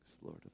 Lord